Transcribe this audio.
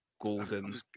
golden